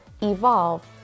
evolve